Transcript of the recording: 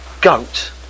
goat